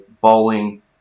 bowling